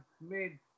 made